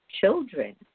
children